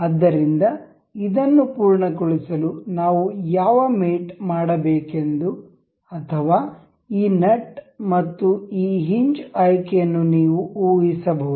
ಆದ್ದರಿಂದ ಇದನ್ನು ಪೂರ್ಣಗೊಳಿಸಲು ನಾವು ಯಾವ ಮೇಟ್ ಮಾಡಬೇಕೆಂದು ಅಥವಾ ಈ ನಟ್ ಮತ್ತು ಈ ಹಿಂಜ್ ಆಯ್ಕೆಯನ್ನು ನೀವು ಊಹಿಸಬಹುದು